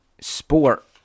sport